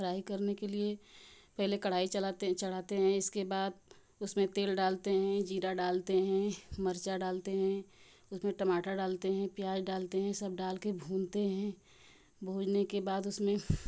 fry करने के लिए पहले कढ़ाई चलाते हैं चढ़ाते हैं इसके बाद उसमें तेल डालते हैं ज़ीरा डालते हैं मर्चा डालते हैं उसमें टमाटर डालते हैं प्याज़ डालते हैं सब डालके भूनते हैं भूनने के बाद उसमें